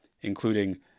including